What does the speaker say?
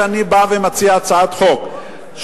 כשאני בא ומציע הצעת חוק,